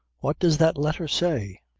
what does that letter say?